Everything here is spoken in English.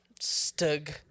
Stug